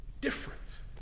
different